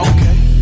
Okay